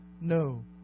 no